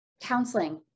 counseling